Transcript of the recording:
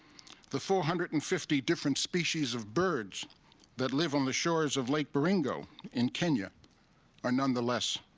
the four hundred and fifty different species of birds that live on the shores of lake baringo in kenya are, nonetheless,